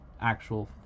actual